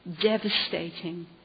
devastating